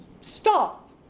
stop